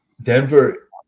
Denver –